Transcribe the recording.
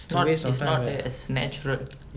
is not is not as natural